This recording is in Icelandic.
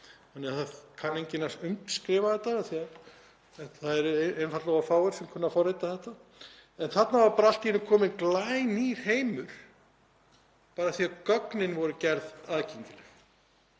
þannig að það kann enginn að umskrifa þetta, af því að það eru einfaldlega of fáir sem kunna að forrita þetta. En þarna var bara allt í einu kominn glænýr heimur af því að gögnin voru gerð aðgengileg.